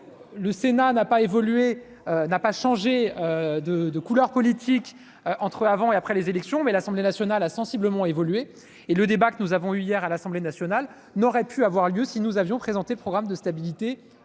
Le Sénat n'a pas changé de couleur politique, mais l'Assemblée nationale, elle, a sensiblement évolué. Ainsi, le débat que nous avons eu hier à l'Assemblée nationale n'aurait pu avoir lieu si nous avions présenté le programme de stabilité